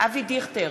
אבי דיכטר,